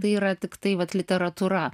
tai yra tiktai vat literatūra